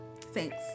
Thanks